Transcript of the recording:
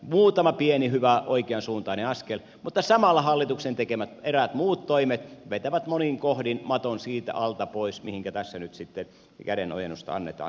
muutama pieni hyvä oikeansuuntainen askel mutta samalla hallituksen tekemät eräät muut toimet vetävät monin kohdin maton siitä alta pois mihinkä tässä nyt sitten kädenojennusta annetaan